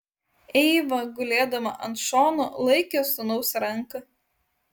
eiva gulėdama ant šono laikė sūnaus ranką